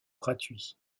gratuit